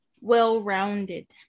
well-rounded